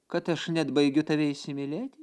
kad aš net baigiu tave įsimylėti